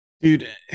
dude